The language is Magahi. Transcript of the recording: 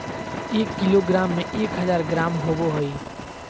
एक किलोग्राम में एक हजार ग्राम होबो हइ